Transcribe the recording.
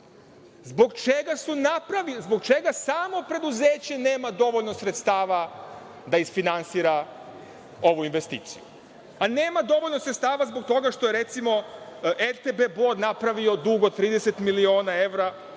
Zbog čega samo preduzeće nema dovoljno sredstava da isfinansira ovu investiciju? Pa, nema dovoljno sredstava zbog toga što je, recimo, RTB Bor napravio dug od 30 miliona evra,